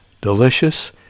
delicious